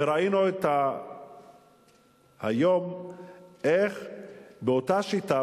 וראינו היום איך באותה שיטה,